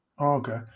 okay